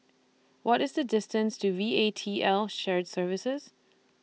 What IS The distance to V A T L Shared Services